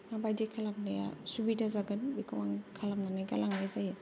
माबायदि खालामनाया सुबिदा जागोन बेखौ आं खालामनानै गालांनाय जायो